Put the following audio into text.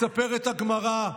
מספרת הגמרא,